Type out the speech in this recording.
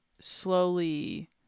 slowly